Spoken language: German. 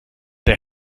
der